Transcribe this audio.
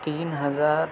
تین ہزار